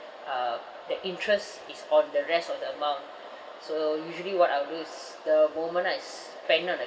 uh the interest is on the rest of the amount so usually what I'll do is the moment I spend on the